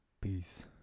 Peace